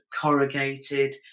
corrugated